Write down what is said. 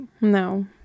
no